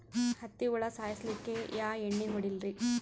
ಹತ್ತಿ ಹುಳ ಸಾಯ್ಸಲ್ಲಿಕ್ಕಿ ಯಾ ಎಣ್ಣಿ ಹೊಡಿಲಿರಿ?